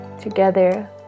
together